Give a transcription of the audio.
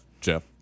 Jeff